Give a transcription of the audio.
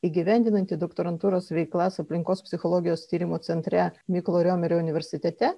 įgyvendinanti doktorantūros veiklas aplinkos psichologijos tyrimų centre mykolo riomerio universitete